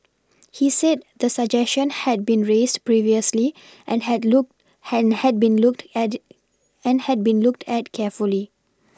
he said the suggestion had been raised previously and had look had had been looked at and had been looked at carefully